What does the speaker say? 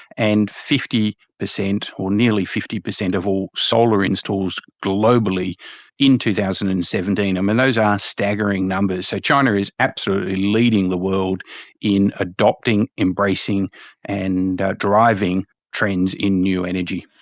and fifty percent or nearly fifty percent of all solar installs globally in two thousand and seventeen. um and those are staggering numbers. so china is absolutely leading the world in adopting, embracing and driving trends in new energy.